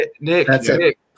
Nick